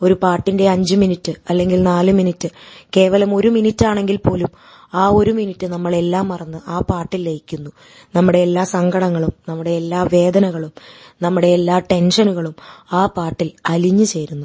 ഒരു പാട്ടിൻ്റെ അഞ്ചു മിനിറ്റ് അല്ലെങ്കിൽ നാല് മിനിറ്റ് കേവലം ഒരു മിനിറ്റാണെങ്കിൽ പോലും ആ ഒരു മിനിറ്റ് നമ്മൾ എല്ലാം മറന്ന് ആ പാട്ടിൽ ലയിക്കുന്നു നമ്മുടെ എല്ലാ സങ്കടങ്ങളും നമ്മുടെ എല്ലാ വേദനകളും നമ്മുടെ എല്ലാ ടെൻഷനുകളും ആ പാട്ടിൽ അലിഞ്ഞു ചേരുന്നു